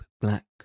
black